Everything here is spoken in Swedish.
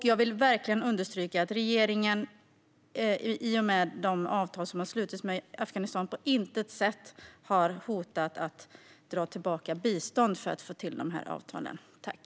Jag vill verkligen understryka att regeringen på intet sätt har hotat att dra tillbaka bistånd för att sluta avtal med Afghanistan.